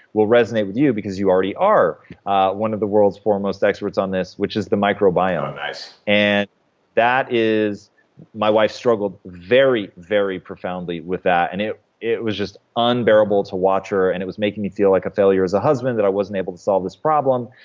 will resonate with you because you already are one of the world's foremost experts on this, which is the microbiome oh, nice and my wife struggled very, very profoundly with that, and it it was just unbearable to watch her, and it was making me feel like a failure as a husband that i wasn't able to solve this problem,